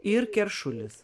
ir keršulis